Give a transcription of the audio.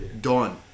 Dawn